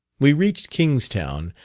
we reached kingstown,